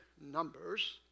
Numbers